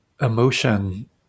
emotion